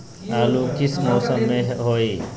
आलू किस मौसम में होई?